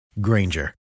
Granger